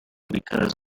because